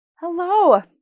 Hello